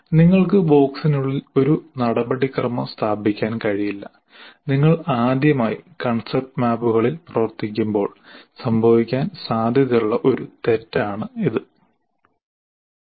നിങ്ങൾക്ക് ബോക്സിനുള്ളിൽ ഒരു നടപടിക്രമം സ്ഥാപിക്കാൻ കഴിയില്ല നിങ്ങൾ ആദ്യമായി കൺസെപ്റ്റ് മാപ്പുകളിൽ പ്രവർത്തിക്കുമ്പോൾ സംഭവിക്കാൻ സാധ്യതയുള്ള ഒരു തെറ്റ് ഇതാണ്